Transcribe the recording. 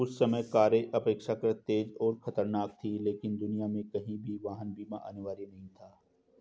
उस समय कारें अपेक्षाकृत तेज और खतरनाक थीं, लेकिन दुनिया में कहीं भी वाहन बीमा अनिवार्य नहीं था